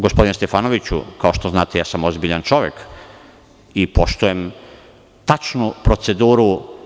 Gospodine Stefanoviću, kao što znate, ja sam ozbiljan čovek i poštujem tačnu proceduru.